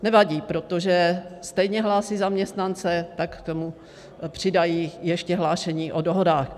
Nevadí, protože stejně hlásí zaměstnance, tak k tomu přidají ještě hlášení o dohodách.